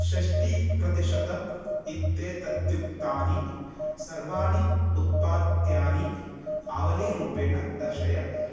षष्टिप्रतिशतं इत्येतद्युक्तानि सर्वाणि उत्पाद्यानि आवलीरूपेण दर्शय